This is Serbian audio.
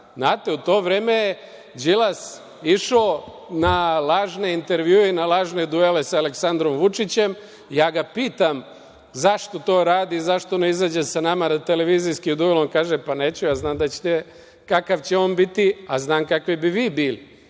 vas. Znate, u to vreme je Đilas išao na lažne intervjue, na lažne duele sa Aleksandrom Vučićem. Ja ga pitam zašto to radi, zašto ne izađe sa nama na televizijski duel, a on kaže – neću, ja znam kakav će on biti, a znam kakvi bi vi bili. Prema